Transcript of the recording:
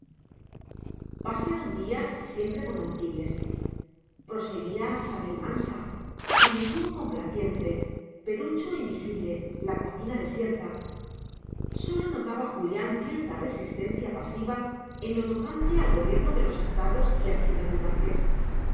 pasaron días siempre bonancibles proseguía sabel mansa primitivo complaciente perucho invisible la cocina desierta sólo notaba julián cierta resistencia pasiva en lo tocante al gobierno de los estados y hacienda del marqués en